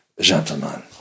gentlemen